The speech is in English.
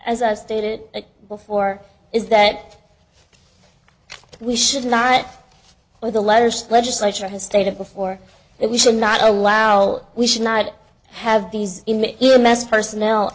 as i stated before is that we should not wear the letters legislature has stated before that we should not allow we should not have these